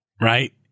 right